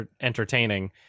Entertaining